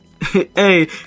Hey